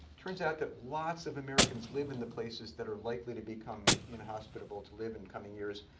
turns out that lots of americans live in the places that are likely to become inhospitable to live in coming years.